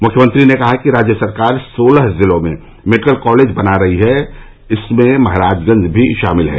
मुख्यमंत्री ने कहा कि राज्य सरकार सोलह जिलों में मेडिकल कॉलेज बना रही है इसमे महराजगंज भी शामिल है